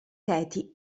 katie